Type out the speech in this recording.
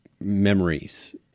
memories